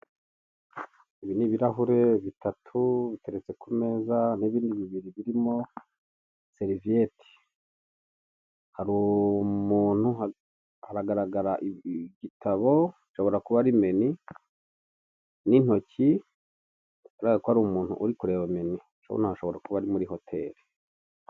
Ibi ni ibirahure bitatu biteretse ku meza n'ibindi bibiri birimo seriviyeti, harumu aragaragara igitabo ashobora kuba ari mini umuntu uri kureba menu hano hashobora kuba ari muri hotel.